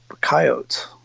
coyotes